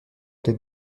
des